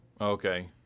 okay